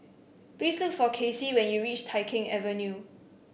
please look for Kacey when you reach Tai Keng Avenue